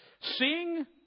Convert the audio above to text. Seeing